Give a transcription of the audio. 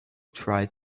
try